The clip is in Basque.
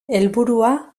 helburua